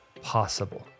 possible